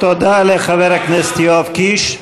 תודה לחבר הכנסת יואב קיש.